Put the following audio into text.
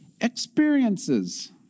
experiences